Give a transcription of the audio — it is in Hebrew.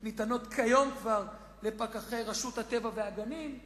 על סמכויות שניתנות כבר כיום לפקחי רשות הטבע והגנים.